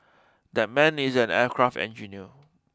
that man is an aircraft engineer